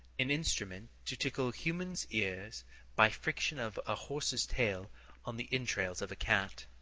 an instrument to tickle human ears by friction of a horse's tail on the entrails of a cat.